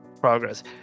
progress